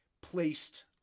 placed